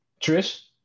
trish